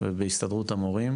ובהסתדרות המורים,